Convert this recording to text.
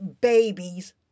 babies